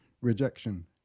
rejection